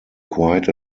quiet